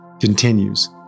continues